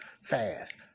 fast